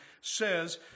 says